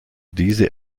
diese